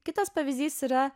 kitas pavyzdys yra